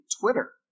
Twitter